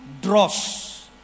dross